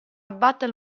battle